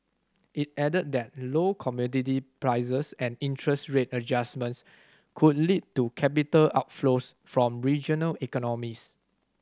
it added that low commodity prices and interest rate adjustments could lead to capital outflows from regional economies